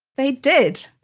they did.